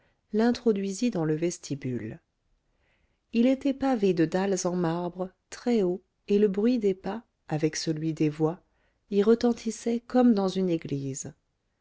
l'introduisit dans le vestibule il était pavé de dalles en marbre très haut et le bruit des pas avec celui des voix y retentissait comme dans une église